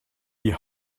die